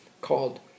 called